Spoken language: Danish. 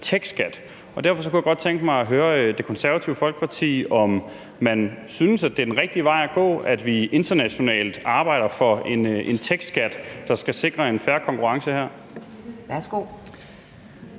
techskat. Derfor kunne jeg godt tænke mig at høre Det Konservative Folkeparti, om man synes, at det er den rigtige vej at gå, at vi internationalt arbejder for en techskat, der skal sikre en fair konkurrence her. Kl.